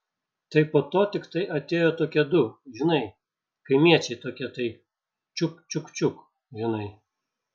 tai po to tiktai atėjo tokie du žinai kaimiečiai tokie tai čiuk čiuk čiuk žinai